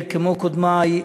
כמו קודמי,